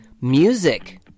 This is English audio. music